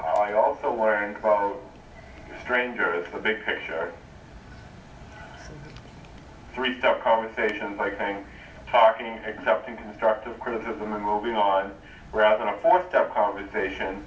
i also learned about stranger the big three star conversations like i'm talking accepting constructive criticism and moving on rather than a four step conversation